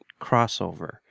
crossover